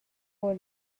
قول